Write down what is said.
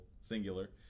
singular